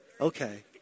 Okay